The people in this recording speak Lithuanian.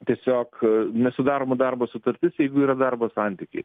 tiesiog nesudaroma darbo sutartis jeigu yra darbo santykiai